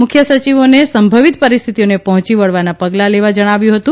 મુખ્ય સચિવોને સંભવિત પરિસ્થિતઓને પહોચી વળવાના પગલા લેવા જણાવ્યું હતુ